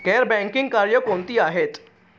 गैर बँकिंग कार्य कोणती आहेत?